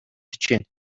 хичээнэ